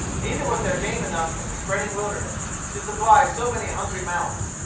neither was there game enough in the spreading wilderness to supply so many hungry mouths.